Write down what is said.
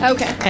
Okay